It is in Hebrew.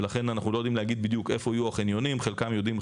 ולכן אנחנו לא יודעים להגיד בדיוק איפה יהיו החניונים חלקם יודעים,